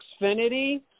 Xfinity